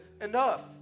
enough